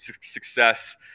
success